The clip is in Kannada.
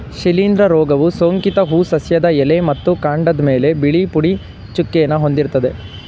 ಶಿಲೀಂಧ್ರ ರೋಗವು ಸೋಂಕಿತ ಹೂ ಸಸ್ಯದ ಎಲೆ ಮತ್ತು ಕಾಂಡದ್ಮೇಲೆ ಬಿಳಿ ಪುಡಿ ಚುಕ್ಕೆನ ಹೊಂದಿರ್ತದೆ